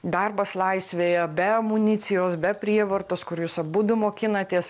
darbas laisvėje be amunicijos be prievartos kur jūs abudu mokinatės